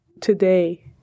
today